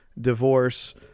divorce